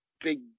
big